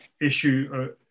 issue